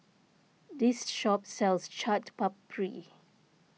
this shop sells Chaat Papri